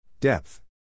Depth